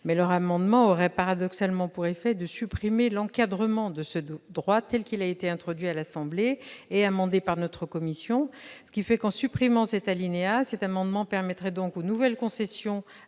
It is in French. de cet amendement aurait paradoxalement pour effet de supprimer l'encadrement de ce droit tel qu'il a été introduit à l'Assemblée nationale et amendé par notre commission. En supprimant cet alinéa, cet amendement permettrait aux nouvelles concessions